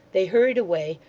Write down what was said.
they hurried away,